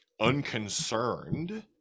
unconcerned